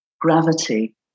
gravity